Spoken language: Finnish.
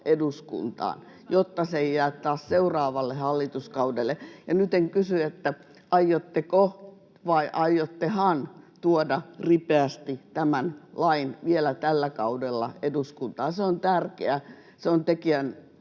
eduskuntaan, jotta se ei jää taas seuraavalle hallituskaudelle. Ja nyt en kysy, aiotteko, vaan että aiottehan tuoda ripeästi tämän lain vielä tällä kaudella eduskuntaan. Se on tärkeä. Se on